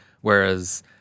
whereas